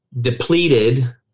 depleted